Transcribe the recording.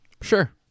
Sure